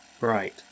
Right